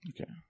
Okay